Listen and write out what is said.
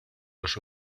los